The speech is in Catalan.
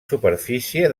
superfície